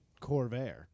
Corvair